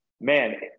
Man